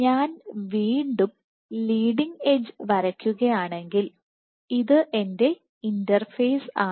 ഞാൻ വീണ്ടും leading edge വരയ്ക്കുകയാണെങ്കിൽ ഇത് എന്റെ ഇന്റർഫേസ് ആണ്